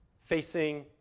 facing